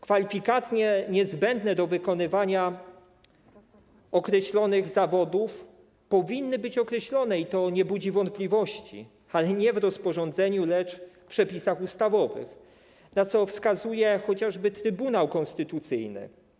Kwalifikacje niezbędne do wykonywania określonych zawodów powinny być określone, to nie budzi wątpliwości, ale nie w rozporządzeniu, lecz w przepisach ustawowych, na co wskazuje chociażby Trybunał Konstytucyjny.